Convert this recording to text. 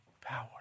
power